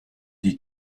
die